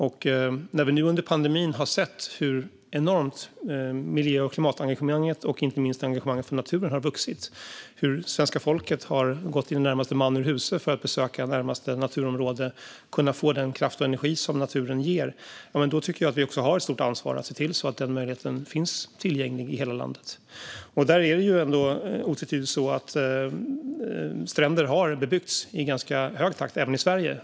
Vi har nu under pandemin sett hur enormt mycket miljö och klimatengagemanget och inte minst engagemanget för naturen har vuxit och hur svenska folket i det närmaste har gått man ur huse för att besöka naturområden i närheten och kunna få den kraft och energi som naturen ger. Då tycker jag att vi har ett stort ansvar att se till att denna möjlighet finns tillgänglig i hela landet. Där är det ändå otvetydigt så att stränder har bebyggts i ganska hög takt även i Sverige.